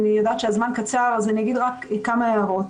אני יודעת שהזמן קצר אז אגיד רק כמה הערות.